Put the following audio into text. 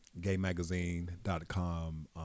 GayMagazine.com